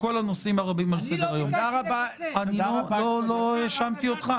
היום יש לנו אוכלוסייה של 9.3 מיליון ----- לא הפרעתי לך.